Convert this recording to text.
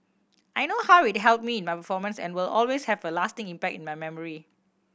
I know how it helped me in my performance and will always have a lasting impact in my memory